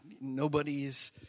Nobody's